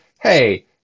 hey